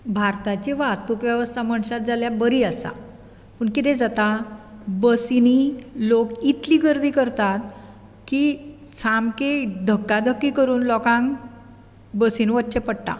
भारताची वाहतूक वेवस्था म्हणशात जाल्यार बरी आसा पूण कितें जाता बसीनी लोक इतली गर्दी करतात की सामकी धकाधकी करून लोकांक बसीन वच्चें पडटा